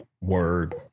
word